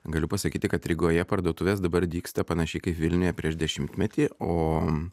galiu pasakyti kad rygoje parduotuvės dabar dygsta panašiai kaip vilniuje prieš dešimtmetį o